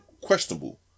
questionable